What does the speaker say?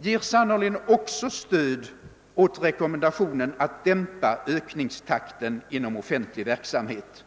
ger sannerligen också stöd ät rekommendationen att dämpa ökningstakten inom offentlig verksamhet.